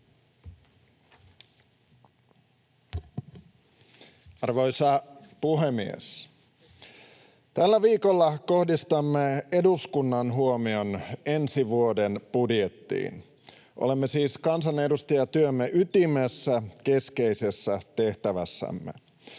Arvoisa puhemies! Tällä viikolla kohdistamme eduskunnan huomion ensi vuoden budjettiin. Olemme siis kansanedustajatyömme ytimessä, keskeisessä tehtävässämme.